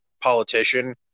politician